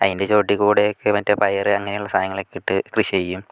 അതിൻ്റെ ചോട്ടിൽ കൂടെയൊക്കെ മറ്റേ പയർ അങ്ങനെയുള്ള സാനങ്ങളൊക്കെ ഇട്ട് കൃഷി ചെയ്യും